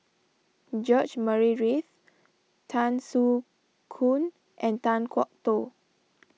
George Murray Reith Tan Soo Khoon and Kan Kwok Toh